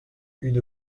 une